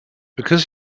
because